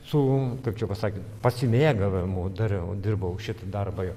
su kaip čia pasakius pasimėgavimu dariau dirbau šitą darbą jau